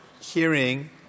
hearing